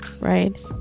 right